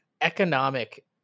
economic